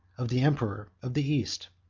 of the emperor of the east.